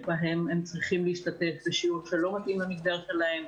כי הם צריכים להשתתף בשיעורים שלא מתאימים למגדר שלהם,